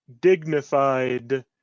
dignified